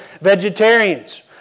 vegetarians